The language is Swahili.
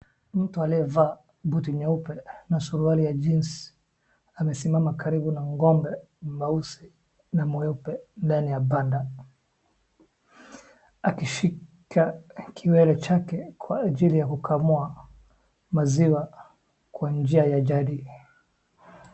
Mtu aliyevaa buti nyeupe na suruali ya jeans amesimama karibu na ng'ombe mweusi na mweupe ndani ya banda akishika kiwele chake kwa ajili ya kukamua maziwa kwa njia ya jadi.